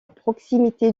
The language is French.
proximité